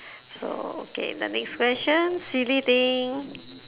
so okay the next question silly thing